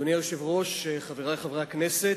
אדוני היושב-ראש, חברי חברי הכנסת,